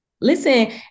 Listen